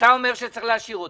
ואתה אומר שצריך להשאיר אותם?